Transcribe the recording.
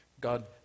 God